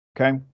okay